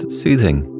soothing